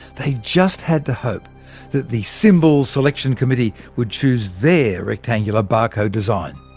they just had to hope that the symbol selection committee would choose their rectangular barcode design.